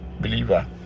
believer